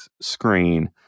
screen